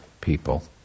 people